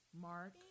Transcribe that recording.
Mark